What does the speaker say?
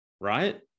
Right